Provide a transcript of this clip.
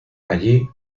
allí